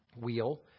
wheel